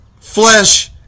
flesh